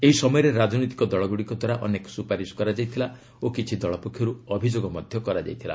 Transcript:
ଏହି ସମୟରେ ରାଜନୈତିକ ଦଳଗୁଡ଼ିକଦ୍ୱାରା ଅନେକ ସୁପାରିସ କରାଯାଇଥିଲା ଓ କିଛି ଦଦଳ ପକ୍ଷରୁ ଅଭିଯୋଗ କରାଯାଇଥିଲା